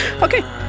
Okay